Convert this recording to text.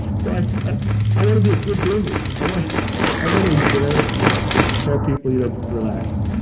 so i ah i want to be a good boomer. i want i want to enjoy it and tell people, you know relax.